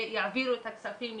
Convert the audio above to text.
שיעבירו את הכספים,